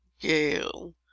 gale